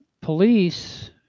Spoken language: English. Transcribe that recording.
police